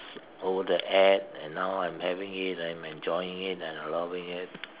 over the ad and now I'm having it I'm enjoying it and I'm loving it